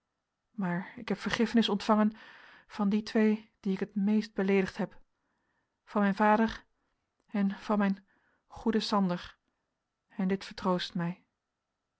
maar ik heb vergiffenis ontvangen van die twee die ik het meest beleedigd heb van mijn vader en van mijn goeden sander en dit vertroost mij